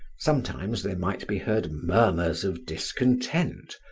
sometimes there might be heard murmurs of discontent,